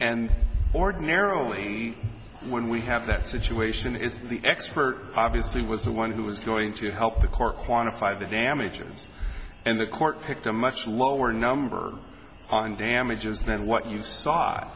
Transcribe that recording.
and ordinarily when we have that situation if the expert obviously was the one who was going to help the car quantify the damages and the court picked a much lower number on damages than what you